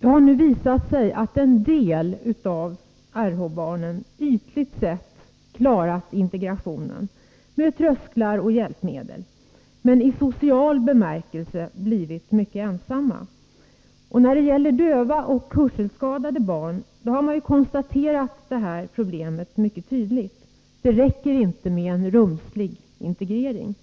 Det har nu visat sig att en del av rh-barnen ytligt sett klarat integrationen, med trösklar och hjälpmedel, men i social bemärkelse blivit mycket ensamma. När det gäller döva och hörselskadade barn har man konstaterat just detta problem mycket tydligt. Det räcker inte med en rumslig integrering.